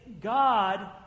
God